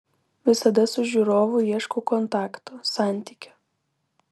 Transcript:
visada su žiūrovu ieškau kontakto santykio